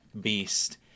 beast